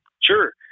Sure